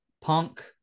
Punk